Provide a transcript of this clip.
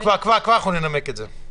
כבר אנחנו ננמק את זה.